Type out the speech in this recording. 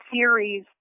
series